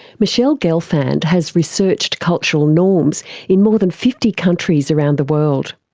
michele gelfand has researched cultural norms in more than fifty countries around the world.